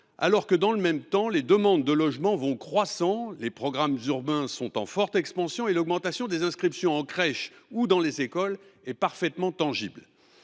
décroissent, le nombre de demandes de logements augmente, les programmes urbains sont en forte expansion et l’augmentation des inscriptions en crèche ou dans les écoles est parfaitement tangible.